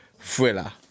Thriller